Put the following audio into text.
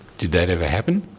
did that ever happen?